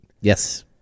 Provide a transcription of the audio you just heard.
Yes